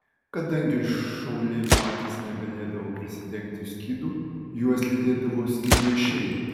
kadangi šauliai patys negalėdavo prisidengti skydu juos lydėdavo skydnešiai